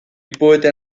poeten